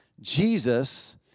Jesus